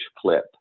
clip